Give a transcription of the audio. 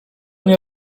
nie